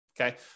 Okay